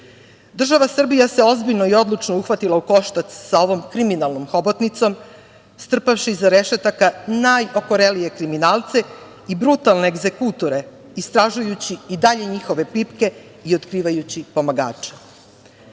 Država Srbija se ozbiljno i odlučno uhvatila u koštac sa ovom kriminalnom hobotnicom, strpavši iza rešetaka najokorelije kriminalce i brutalne egzekutore, istražujući i dalje njihove pipke i otkrivajući pomagače. Borba